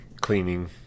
cleaning